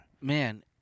Man